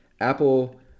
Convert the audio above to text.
Apple